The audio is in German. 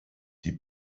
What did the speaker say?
die